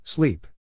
Sleep